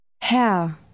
Herr